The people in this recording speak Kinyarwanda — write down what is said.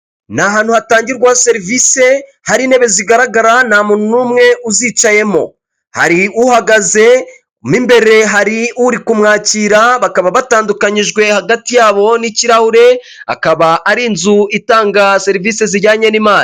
Ni ahantu hatangirwa serivisi hari intebe zigaragara nta muntu n'umwe uzicayemo, hari uhagazemo mu imbere hari uri kumwakira bakaba batandukanyijwe hagati yabo n'ikirahure akaba ari inzu itanga serivisi zijyanye n'imari.